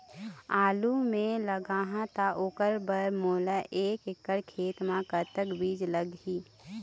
आलू मे लगाहा त ओकर बर मोला एक एकड़ खेत मे कतक बीज लाग ही?